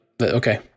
okay